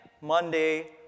Monday